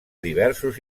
diversos